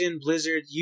Blizzard